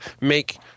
make